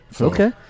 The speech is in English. Okay